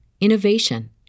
innovation